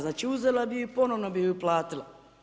Znači, uzela bi ih i ponovno bi ih uplatila.